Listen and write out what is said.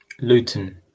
Luton